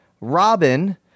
Robin